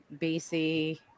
BC